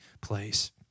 place